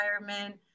environment